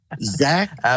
Zach